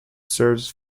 serves